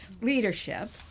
leadership